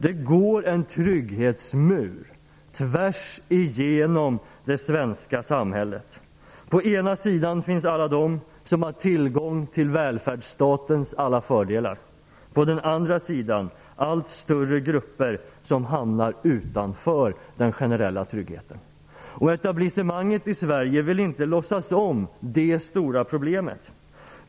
Det går en trygghetsmur tvärsigenom det svenska samhället. På ena sidan finns alla de som har tillgång till välfärdsstatens alla fördelar. På den andra sidan finns de allt större grupper som hamnar utanför den generella tryggheten. Etablissemanget i Sverige vill inte låtsas om det stora problemet.